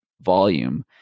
volume